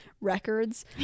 records